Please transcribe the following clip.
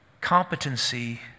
Competency